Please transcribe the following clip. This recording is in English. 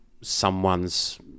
someone's